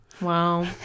Wow